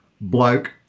bloke